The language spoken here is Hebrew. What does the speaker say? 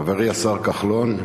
חברי השר כחלון,